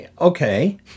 okay